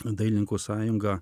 dailininkų sąjungą